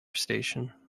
station